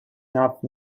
enough